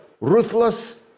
ruthless